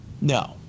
No